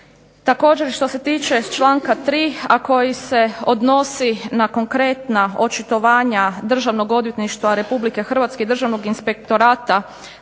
Također što se tiče članka 3., a koji se odnosi na konkretna očitovanja Državnog odvjetništva Republike Hrvatske i Državnog inspektorata